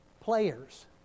players